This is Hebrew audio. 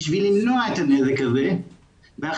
בשביל למנוע את הנזק הזה ועכשיו,